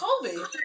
COVID